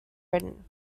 written